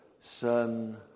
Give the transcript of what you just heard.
Son